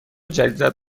جدیدت